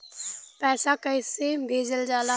पैसा कैसे भेजल जाला?